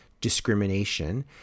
Discrimination